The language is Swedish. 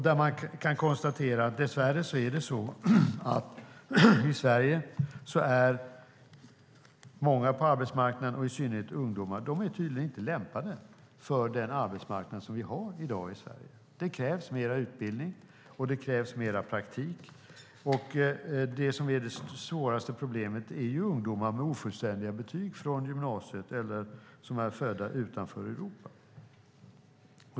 Där kan man konstatera att det i Sverige dess värre är så att många på arbetsmarknaden och i synnerhet ungdomar tydligen inte är lämpade för den arbetsmarknad som vi har i dag i Sverige. Det krävs mer utbildning, och det krävs mer praktik. Det som är det svåraste problemet är ungdomar med ofullständiga betyg från gymnasiet eller som är födda utanför Europa.